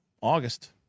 August